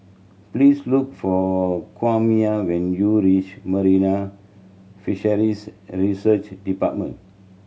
please look for Kwame when you reach Marine Fisheries Research Department